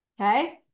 Okay